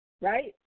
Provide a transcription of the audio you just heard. right